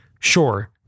sure